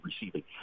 receiving